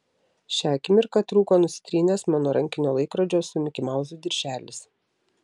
šią akimirką trūko nusitrynęs mano rankinio laikrodžio su mikimauzu dirželis